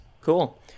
Cool